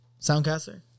Soundcaster